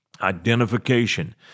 identification